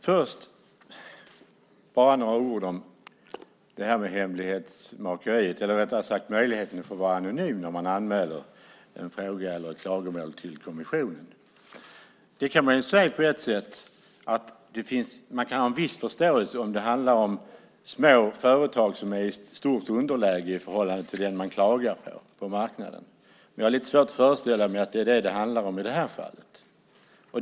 Herr talman! Låt mig först säga några ord om hemlighetsmakeriet eller rättare sagt möjligheten att få vara anonym när man anmäler en fråga eller ett klagomål till kommissionen. Man kan ha en viss förståelse för detta om det handlar om små företag som är i stort underläge på marknaden i förhållande till den man klagar på. Men jag har lite svårt att föreställa mig att det handlar om detta i det här fallet.